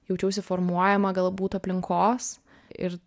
jaučiausi formuojama galbūt aplinkos ir